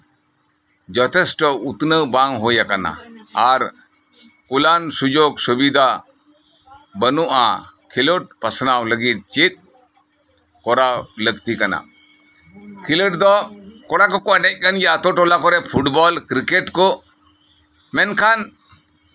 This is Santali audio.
ᱡᱚᱛᱷᱮᱥᱴᱚ ᱩᱛᱱᱟᱹᱣ ᱵᱟᱝ ᱦᱩᱭ ᱟᱠᱟᱱᱟ ᱟᱨ ᱳᱞᱟᱱ ᱥᱩᱡᱳᱜ ᱥᱩᱵᱤᱫᱷᱟ ᱵᱟᱹᱱᱩᱜᱼᱟ ᱠᱷᱮᱞᱳᱰ ᱯᱟᱥᱱᱟᱣ ᱞᱟᱹᱜᱤᱫ ᱪᱮᱫ ᱞᱟᱹᱜᱤᱫ ᱠᱚᱨᱟᱣ ᱞᱟᱹᱠᱛᱤ ᱠᱟᱱᱟ ᱠᱷᱮᱞᱳᱰ ᱫᱚ ᱠᱚᱲᱟ ᱠᱚᱠᱚ ᱮᱱᱮᱡ ᱠᱟᱱ ᱜᱮᱭᱟ ᱟᱹᱛᱩ ᱴᱚᱞᱟ ᱠᱚᱨᱮᱜ ᱯᱷᱩᱴᱵᱚᱞ ᱠᱤᱨᱠᱮᱴ ᱠᱚ ᱢᱮᱱᱠᱷᱟᱱ